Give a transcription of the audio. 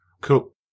Cool